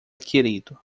querido